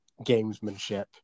gamesmanship